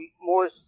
more